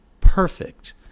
perfect